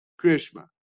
Krishma